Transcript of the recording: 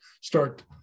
start